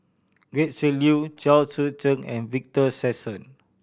Gretchen Liu Chao Tzee Cheng and Victor Sassoon